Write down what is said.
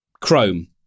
Chrome